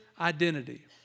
identity